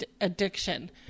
Addiction